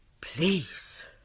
please